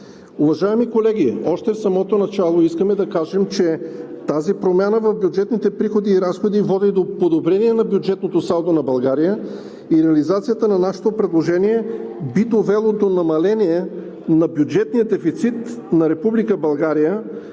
Уважаеми колеги, още в самото начало искаме да кажем, че тази промяна в бюджетните приходи и разходи води до подобрение на бюджетното салдо на България и реализацията на нашето предложение би довела до намаление на бюджетния дефицит на Република